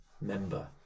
member